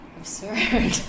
absurd